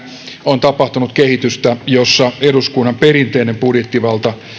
on tapahtunut kehitystä jossa eduskunnan perinteinen budjettivalta